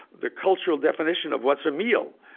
the cultural definition of what's a meal?